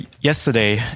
yesterday